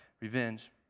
Revenge